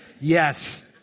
yes